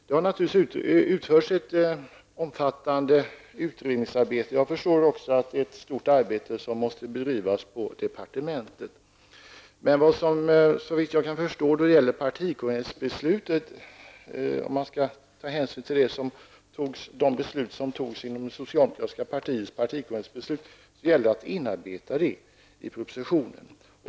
Det har naturligtvis utförts ett omfattande utredningsarbete. Jag förstår att ett stort arbete också måste bedrivas på departementet. Såvitt jag kan förstå är tanken att de beslut som fattades under den socialdemokratiska partikongressen skall inarbetas i propositionen.